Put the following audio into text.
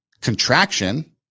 contraction